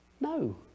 No